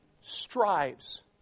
strives